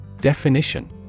DEFINITION